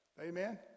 amen